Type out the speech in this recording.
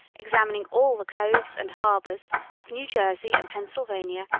examining all the coves and harbors of new jersey and pennsylvania,